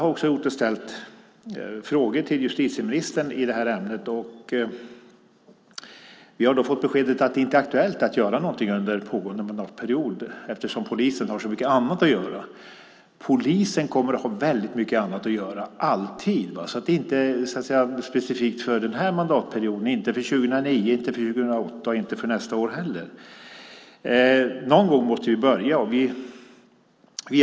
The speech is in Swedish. Jag och andra har ställt frågor till justitieministern i detta ämne. Vi har då fått beskedet att det inte är aktuellt att göra någonting under pågående mandatperiod eftersom polisen har så mycket annat att göra. Polisen kommer alltid att ha väldigt mycket annat göra. Det är inte specifikt för denna mandatperiod - inte för 2009, inte för 2008 och inte för nästa år. Någon gång måste vi börja.